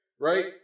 right